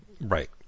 Right